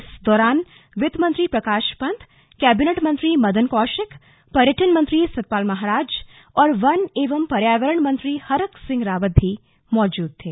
इस दौरान वित्तमंत्री प्रकाश पंत कैबिनेट मंत्री मदन कौशिक पर्यटन मंत्री सतपाल महाराज और वन एवं पर्यावरण मंत्री हरक सिंह रावत भी मौजूद थे